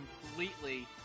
completely